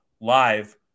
live